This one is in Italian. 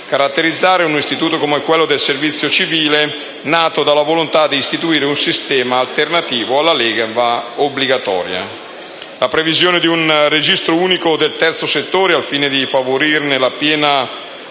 caratterizzare un istituto come quello del servizio civile, nato dalla volontà di istituire un sistema alternativo alla leva obbligatoria. La previsione di un registro unico del terzo settore, al fine di favorirne la piena